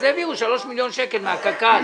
אז העבירו 3 מיליון שקל מהקק"ל,